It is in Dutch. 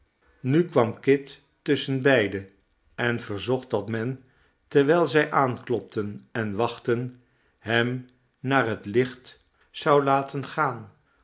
nu kwam kit tusschenbeiden en verzocht dat men terwijl zij aanklopten en wachtten hem naar het licht zou laten gaan